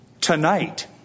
Tonight